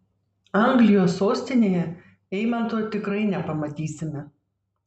anglijos sostinėje eimanto tikrai nepamatysime